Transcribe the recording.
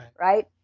right